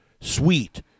Sweet